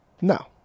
no